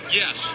yes